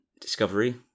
Discovery